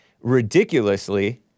Ridiculously